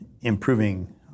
improving